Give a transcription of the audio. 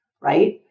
right